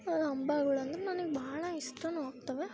ಹಬ್ಬಗುಳ್ ಅಂದ್ರೆ ನನಗೆ ಭಾಳ ಇಷ್ಟವೂ ಆಗ್ತವೆ